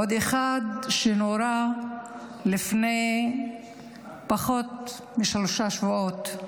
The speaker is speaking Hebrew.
עוד אחד שנורה לפני פחות משלושה שבועות,